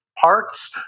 Parts